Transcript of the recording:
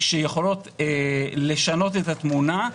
שיכולות לשנות את התמונה.